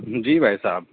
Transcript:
جی بھائی صاحب